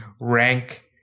rank